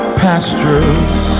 pastures